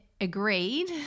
agreed